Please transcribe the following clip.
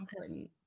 important